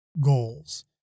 goals